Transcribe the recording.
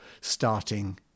starting